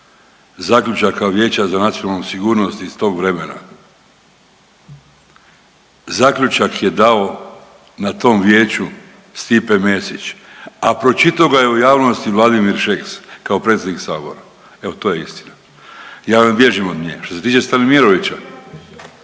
zaključaka Vijeća za nacionalnu sigurnost iz tog vremena. Zaključak je dao na tom vijeću Stipe Mesić, a pročitao ga je u javnosti Vladimir Šeks kao predsjednik Sabora. Evo to je istina. Ja ne bježim od nje. Što se tiče Stanimirovića,